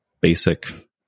basic